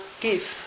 give